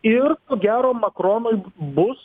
ir gero makronui bus